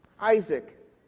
Isaac